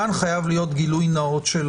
כאן חייב להיות גילוי נאות של